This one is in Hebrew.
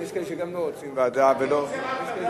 יש כאלה שגם לא רוצים ועדה ולא מליאה,